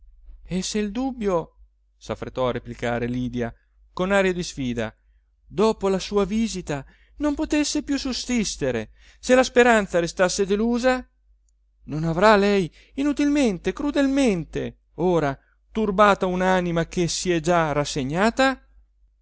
e se il dubbio s'affrettò a replicare lydia con aria di sfida dopo la sua visita non potesse più sussistere se la speranza restasse delusa non avrà lei inutilmente crudelmente ora turbata un'anima che si è già rassegnata